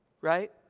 right